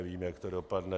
Vím, jak to dopadne.